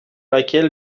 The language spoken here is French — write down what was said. laquelle